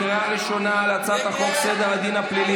החרבתם הכול.